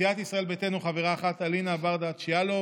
סיעת ישראל ביתנו, חברה אחת, אלינה ברדץ' יאלוב,